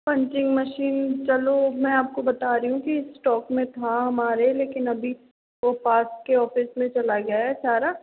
punching machine चलो मैं आपको बता रही हूँ कि स्टॉक में था हमारे लेकिन अभी वो पास के ऑफिस में चल गया है सारा